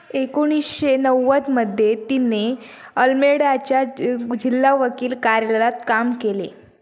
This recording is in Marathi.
एकोणीसशे नव्वदमध्ये तिने अल्मेडाच्या जिल्हा वकील कार्यालयात काम केले